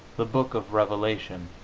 the book of revelation.